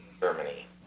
Germany